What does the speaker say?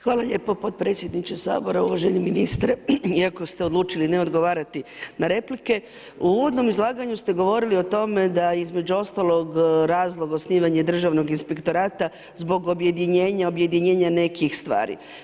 Hvala lijepo potpredsjedniče Sabora, uvaženi ministre, iako ste odlučili ne odgovarati na replike, u uvodnom izlaganju ste govorili o tome, da između ostalog, razlog osnivanje državnog inspektorata, zbog objedinjena, objedinjena nekih stvari.